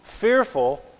fearful